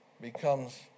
becomes